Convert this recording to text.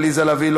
עליזה לביא,